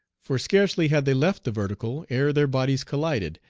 for scarcely had they left the vertical ere their bodies collided,